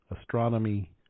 astronomy